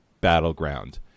battleground